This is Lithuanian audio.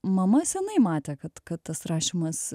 mama seniai matė kad kad tas rašymas